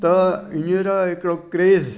त हींअर हिकड़ो क्रेज